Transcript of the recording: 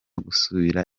gusubira